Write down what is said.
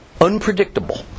unpredictable